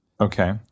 Okay